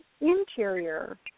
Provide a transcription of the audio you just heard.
interior